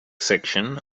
section